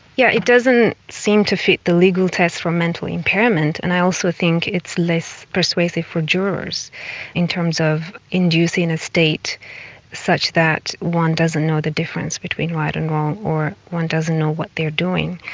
yeah it doesn't seem to fit the legal tests for mental impairment, and i also think it's less persuasive for jurors in terms of inducing a state such that one doesn't know the difference between right and wrong or one doesn't know what they are doing.